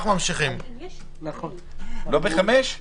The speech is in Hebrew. כי אנחנו מאוד מודאגים מהדרך שבה המשבר הזה מטופל היום.